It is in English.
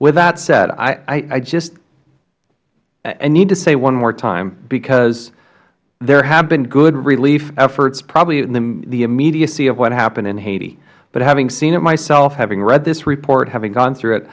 that said i need to say one more time because there have been good relief efforts probably the immediacy of what happened in haiti but having seen it myself having read this report having gone through it